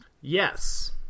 Yes